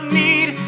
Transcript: need